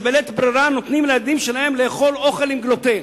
שבלית ברירה נותנים לילדים שלהם לאכול אוכל עם גלוטן.